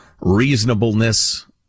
reasonableness